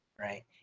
Right